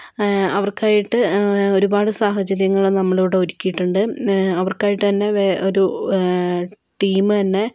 അവർക്കായിട്ട് ഒരുപാട് സാഹചര്യങ്ങൾ നമ്മൾ ഇവിടേ ഒരുക്കിയിട്ടുണ്ട് അവർക്കായിട്ട് തന്നേ ഒരു ടീം തന്നേ